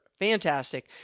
fantastic